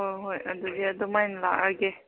ꯍꯣꯏ ꯍꯣꯏ ꯑꯗꯨꯗꯤ ꯑꯗꯨꯃꯥꯏꯅ ꯂꯥꯛꯑꯒꯦ